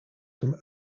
from